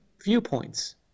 viewpoints